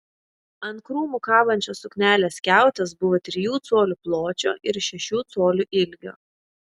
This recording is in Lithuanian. ant krūmų kabančios suknelės skiautės buvo trijų colių pločio ir šešių colių ilgio